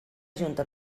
junta